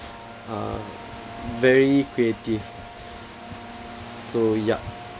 uh very creative so ya